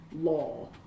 law